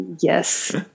Yes